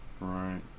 Right